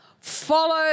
follow